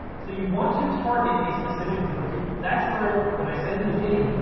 so you want to target a specific group of people. that's where when i said in the beginning,